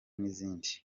n’izindi